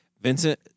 Vincent